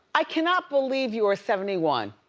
i cannot believe you are seventy one.